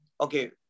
okay